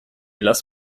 lass